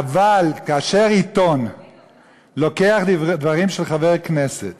אבל כאשר עיתון לוקח דברים של חבר כנסת